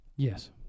Yes